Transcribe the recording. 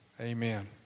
Amen